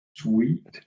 Sweet